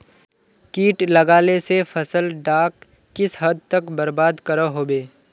किट लगाले से फसल डाक किस हद तक बर्बाद करो होबे?